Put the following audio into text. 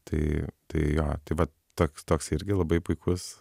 tai tai jo tai vat toks toks irgi labai puikus